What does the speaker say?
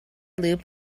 loop